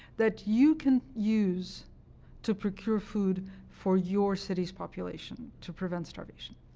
that you can use to procure food for your city's population to prevent starvation.